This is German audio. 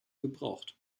gebraucht